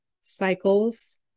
cycles